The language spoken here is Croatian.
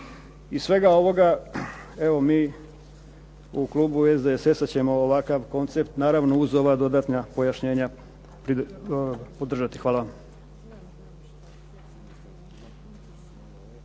Iz svega ovoga evo mi u klubu SDS-a ćemo uz ovakav koncept naravno uz ova dodatna pojašnjenja podržati. Hvala vam.